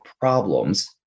problems